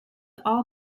all